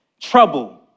trouble